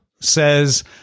says